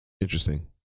Interesting